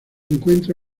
encuentra